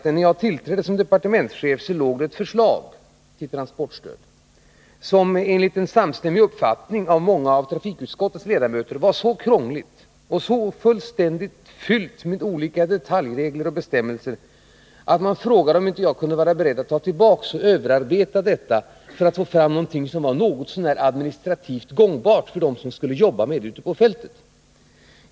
När jag tillträdde som departementschef förelåg ett förslag till transportstöd, som enligt vad många av trafikutskottets ledamöter samstämmigt förklarade var så krångligt och fyllt med olika bestämmelser och detaljregler att man frågade om jag inte kunde vara beredd att ta tillbaka och överarbeta detta, för att få fram ett stöd som var administrativt någorlunda tillämpbart ute på fältet.